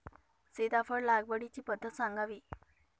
सीताफळ लागवडीची पद्धत सांगावी?